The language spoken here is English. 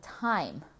time